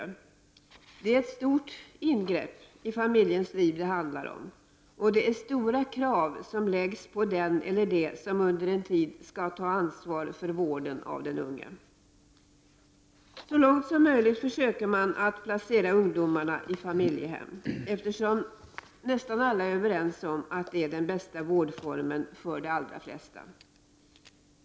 Det handlar om ett stort ingrepp i familjens liv, och det ställs stora krav på den eller dem som under en tid skall ta ansvar för vården av den unge. Så långt som möjligt försöker man att placera ungdomarna i familjehem, eftersom nästan alla är överens om att detta är den bästa vårdformen för de allra flesta ungdomar.